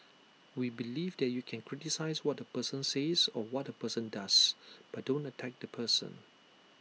we believe that you can criticise what A person says or what A person does but don't attack the person